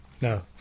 no